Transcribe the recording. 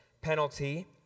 penalty